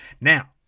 Now